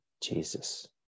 Jesus